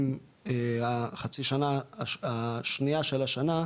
אם החצי שנה השנייה של השנה,